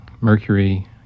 mercury